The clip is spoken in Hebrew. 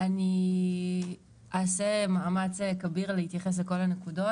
אעשה מאמץ כביר להתייחס לכל הנקודות.